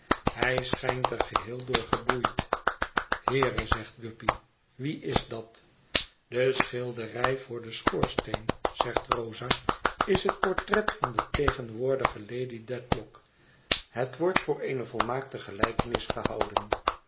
hij schijnt er geheel door geboeid heere zegt guppy wie is dat de schilderij voor den schoorsteen zegt rosa is het portret van de tegenwoordige lady dedlock het wordt voor eene volmaakte gelijkenis gehouden